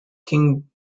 king